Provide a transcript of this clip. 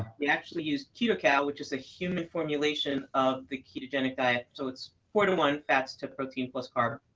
we actually used ketocal, which is a human formulation of the ketogenic diet. so it's four to one fats to protein plus carb.